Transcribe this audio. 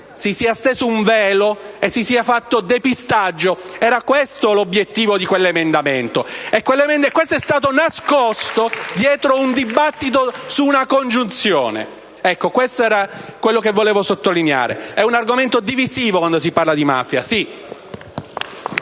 si sia steso un velo e si sia fatto depistaggio. Era questo l'obiettivo di quell'emendamento, e questo è stato nascosto dietro un dibattito su una congiunzione. Questo era quello che volevo sottolineare. È un argomento divisivo, quando si parla di mafia,